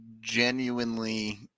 Genuinely